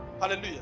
Hallelujah